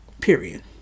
period